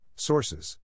Sources